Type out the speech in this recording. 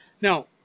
now